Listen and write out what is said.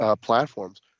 platforms